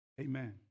Amen